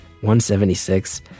176